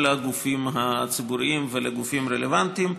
הגופים הציבוריים ולגופים הרלוונטיים.